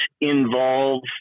involve